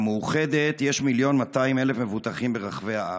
למאוחדת יש 1.2 מיליון מבוטחים ברחבי הארץ,